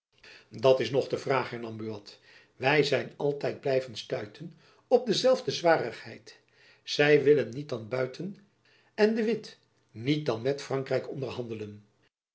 dat is nog de vraag hernam buat wy zijn altijd blijven stuiten op dezelfde zwarigheid zy willen niet dan buiten en de witt niet dan met frankrijk onderhandelen